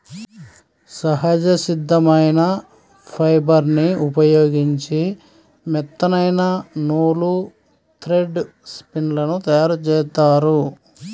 సహజ సిద్ధమైన ఫైబర్ని ఉపయోగించి మెత్తనైన నూలు, థ్రెడ్ స్పిన్ లను తయ్యారుజేత్తారు